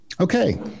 okay